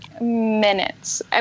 Minutes